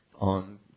on